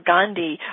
Gandhi